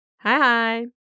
Hi-hi